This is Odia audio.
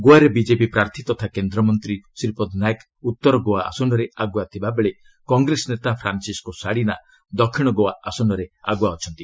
ଗୋଆରେ ବିଜେପି ପ୍ରାର୍ଥୀ ତଥା କେନ୍ଦ୍ରମନ୍ତ୍ରୀ ଶ୍ରୀପଦ ନାୟକ୍ ଉତ୍ତର ଗୋଆ ଆସନରେ ଆଗୁଆ ଥିବା ବେଳେ କଂଗ୍ରେସ ନେତା ଫ୍ରାନ୍ସିସ୍କୋ ସାଡ଼ିନା ଦକ୍ଷିଣ ଗୋଆ ଆସନରେ ଆଗୁଆ ଅଛନ୍ତି